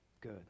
good